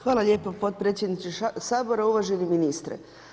Hvala lijepo podpredsjedniče sabora, uvaženi ministre.